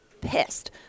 pissed